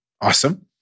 awesome